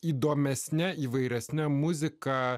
įdomesne įvairesne muzika